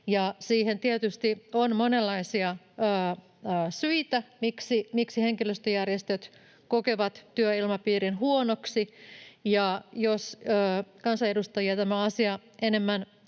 Siihen tietysti on monenlaisia syitä, miksi henkilöstöjärjestöt kokevat työilmapiirin huonoksi. Jos kansanedustajia tämä asia enemmän